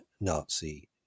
Nazi